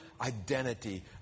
identity